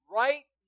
right